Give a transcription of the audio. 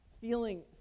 feeling